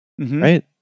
right